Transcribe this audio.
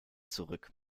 zurück